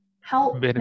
help